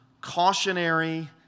cautionary